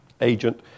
agent